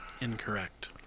Incorrect